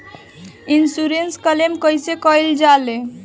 Insurance claim कइसे कइल जा ले?